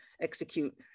execute